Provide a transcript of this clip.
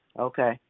Okay